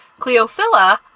Cleophila